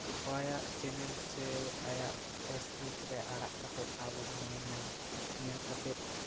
ᱟᱭᱟᱜ ᱪᱮᱱᱮᱞ ᱥᱮ ᱟᱭᱟᱜ ᱯᱷᱮᱥᱵᱩᱠ ᱨᱮ ᱟᱲᱟᱜ ᱠᱟᱛᱮ ᱟᱵᱚ ᱵᱚᱱ ᱧᱮᱞ ᱧᱟᱢᱟ ᱧᱮᱞ ᱠᱟᱛᱮ